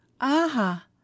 Aha